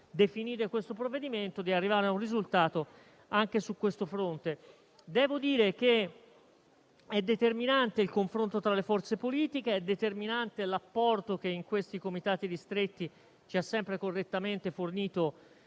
definire il provvedimento in esame, di arrivare a un risultato anche su questo fronte. Devo dire che sono determinanti il confronto tra le forze politiche e l'apporto che in questi comitati ristretti ci ha sempre correttamente fornito